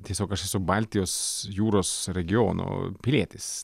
tiesiog aš esu baltijos jūros regiono pilietis